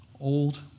old